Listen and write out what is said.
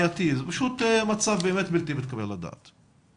שהוא בלתי מתקבל על הדעת.